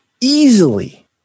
easily